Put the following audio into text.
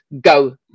go